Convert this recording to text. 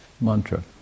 mantra